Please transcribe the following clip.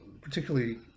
particularly